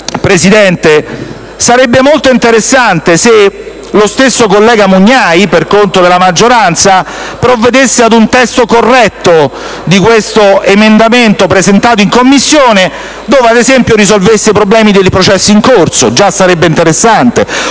Presidente, sarebbe molto interessante se lo stesso collega Mugnai, per conto della maggioranza, provvedesse ad un testo corretto dell'emendamento presentato in Commissione dove, ad esempio, risolvesse i problemi per i processi in corso (già sarebbe interessante),